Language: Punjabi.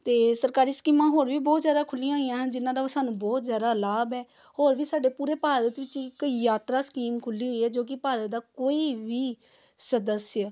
ਅਤੇ ਸਰਕਾਰੀ ਸਕੀਮਾਂ ਹੋਰ ਵੀ ਬਹੁਤ ਜ਼ਿਆਦਾ ਖੁੱਲ੍ਹੀਆਂ ਹੋਈਆਂ ਹਨ ਜਿਹਨਾਂ ਦਾ ਸਾਨੂੰ ਬਹੁਤ ਜ਼ਿਆਦਾ ਲਾਭ ਹੈ ਹੋਰ ਵੀ ਸਾਡੇ ਪੂਰੇ ਭਾਰਤ ਵਿੱਚ ਇੱਕ ਯਾਤਰਾ ਸਕੀਮ ਖੁੱਲ੍ਹੀ ਹੋਈ ਹੈ ਜੋ ਕਿ ਭਾਰਤ ਦਾ ਕੋਈ ਵੀ ਸਦੱਸਿਯ